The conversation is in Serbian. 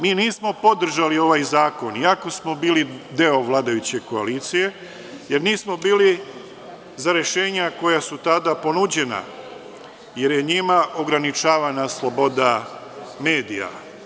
Mi nismo podržali ovaj zakon, iako smo bili deo vladajuće koalicije, jer nismo bili za rešenja koja su tada ponuđena, jer je njima ograničavana sloboda medija.